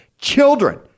Children